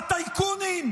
הטייקונים,